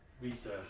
research